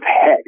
head